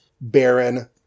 Baron